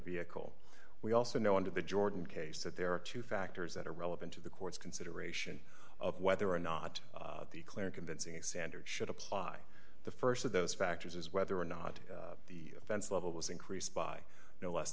vehicle we also know under the jordan case that there are two factors that are relevant to the court's consideration of whether or not the clear convincing a standard should apply the st of those factors is whether or not the offense level was increased by no less